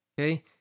Okay